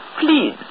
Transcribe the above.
Please